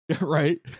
right